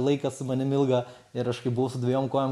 laiką su manim ilga ir aš kai buvau su dvejom kojom